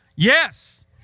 Yes